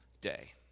day